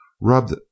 rubbed